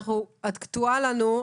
את קטועה לנו,